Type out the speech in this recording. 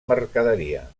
mercaderia